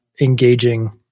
engaging